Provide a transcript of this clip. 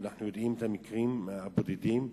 ואנחנו יודעים את המקרים הבודדים שעוברים,